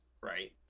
right